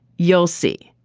you'll see.